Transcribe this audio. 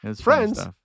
Friends